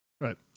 Right